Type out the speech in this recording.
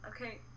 okay